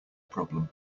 problem